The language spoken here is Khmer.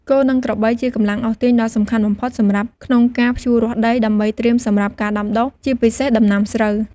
គោ និងក្របីជាកម្លាំងអូសទាញដ៏សំខាន់បំផុតសម្រាប់ក្នុងការ ភ្ជួររាស់ដី ដើម្បីត្រៀមសម្រាប់ការដាំដុះ ជាពិសេសដំណាំស្រូវ។